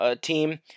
team